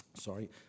Sorry